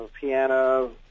piano